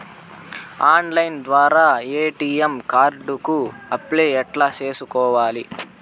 Online ద్వారా ATM card కు apply ఎట్లా సేసుకోవాలి?